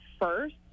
first